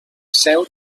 seu